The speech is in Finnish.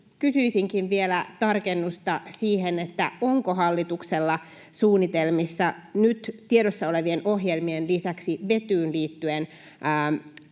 kysyisinkin vielä tarkennusta: onko hallituksella suunnitelmissa nyt tiedossa olevien ohjelmien lisäksi vetyyn liittyen